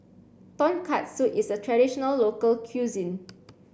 Tonkatsu is a traditional local cuisine